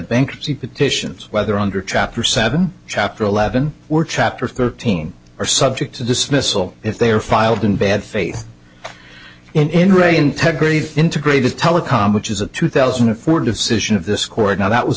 bankruptcy petitions whether under chapter seven chapter eleven were chapter thirteen are subject to dismissal if they are filed in bad faith in re integrity integrated telecom it is a two thousand and four decision of this court now that was